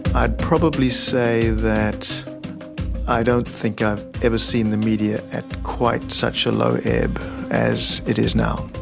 i'd probably say that i don't think i've ever seen the media at quite such a low ebb as it is now.